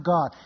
God